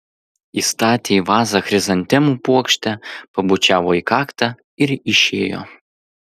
įstatė į vazą chrizantemų puokštę pabučiavo į kaktą ir išėjo